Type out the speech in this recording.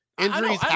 Injuries